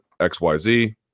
XYZ